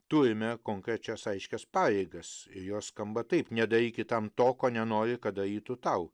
turime konkrečias aiškias pajėgas ir jos skamba taip nedaryk kitam to ko nenori kad darytų tau